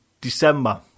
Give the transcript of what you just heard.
December